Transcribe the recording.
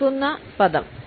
എതിർക്കുന്ന പദം